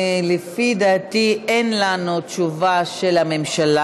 לפי דעתי אין לנו תשובה של הממשלה.